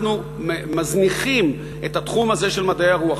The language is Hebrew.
אנחנו מזניחים את התחום הזה, של מדעי הרוח.